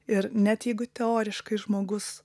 ir net jeigu teoriškai žmogus